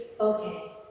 okay